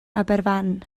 aberfan